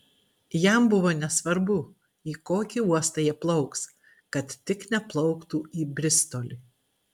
jam buvo nesvarbu į kokį uostą jie plauks kad tik neplauktų į bristolį